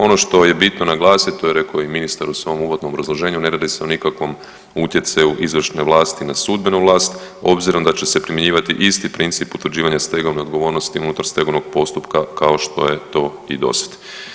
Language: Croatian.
Ono što je bitno naglasit, to je rekao i ministar u svom uvodnom obrazloženju, ne radi se o nikakvom utjecaju izvršne vlasti na sudbenu vlast obzirom da će se primjenjivati isti princip utvrđivanja stegovne odgovornosti unutar stegovnog postupka kao što je to i do sad.